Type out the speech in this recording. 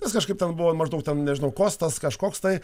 nes kažkaip ten buvo maždaug ten nežinau kostas kažkoks tai